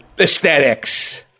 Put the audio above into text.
aesthetics